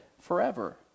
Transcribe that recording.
forever